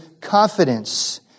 Confidence